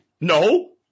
No